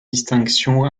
distinctions